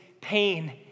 pain